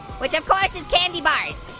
which of course is candy bars.